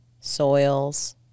soils